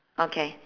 okay